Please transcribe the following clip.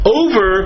over